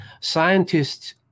scientists